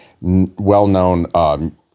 well-known